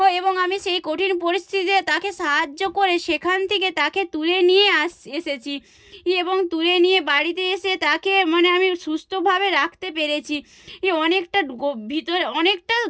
ও এবং আমি সেই কঠিন পরিস্থিতিতে তাকে সাহায্য করে সেখান থেকে তাকে তুলে নিয়ে এসেছি ই এবং তুলে নিয়ে বাড়িতে এসে তাকে মানে আমি সুস্থভাবে রাখতে পেরেছি এ অনেকটা ভিতরে অনেকটা